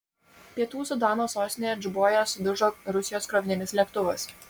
pietų sudano sostinėje džuboje sudužo rusijos krovininis lėktuvas